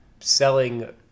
selling